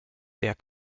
der